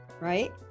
Right